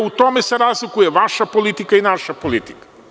U tome se razlikuje vaša politika i naša politika.